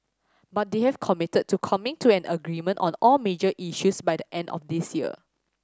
but they have committed to coming to an agreement on all major issues by the end of this year